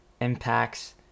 impacts